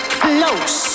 close